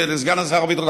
ולסגן שר הביטחון,